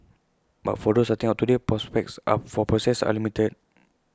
but for those starting out today prospects up for pore success are limited